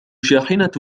شاحنة